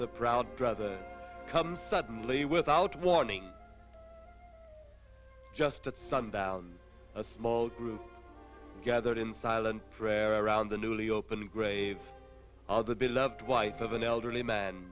the proud brother comes suddenly without warning just at sundown a small group gathered in silent prayer around the newly opened grave of the beloved wife of an elderly man